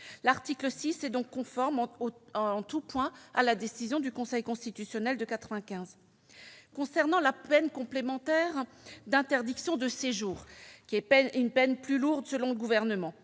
L'article 6 est donc conforme en tout point à la décision du Conseil constitutionnel de 1995. Concernant la peine complémentaire d'interdiction de séjour, qui appelle une peine principale plus lourde, selon le Gouvernement,